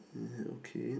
uh okay